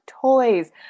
toys